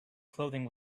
clothing